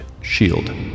shield